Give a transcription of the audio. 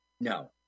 No